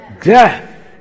death